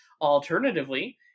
Alternatively